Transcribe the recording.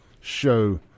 show